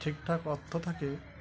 ঠিকঠাক অর্থ থাকে